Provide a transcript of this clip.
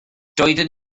doeddwn